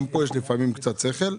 גם כאן יש לפעמים קצת שכל.